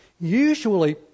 Usually